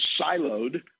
siloed